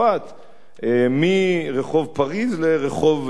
מרחוב "פריס" לרחוב "אלג'יר",